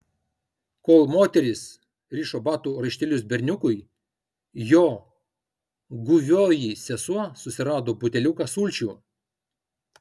kol moteris rišo batų raištelius berniukui jo guvioji sesuo susirado buteliuką sulčių